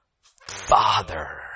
father